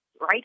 right